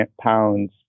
pounds